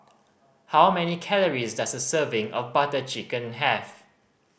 how many calories does a serving of Butter Chicken have